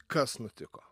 kas nutiko